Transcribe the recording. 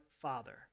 Father